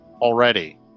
already